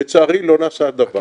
לצערי לא נעשה דבר.